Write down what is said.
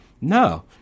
no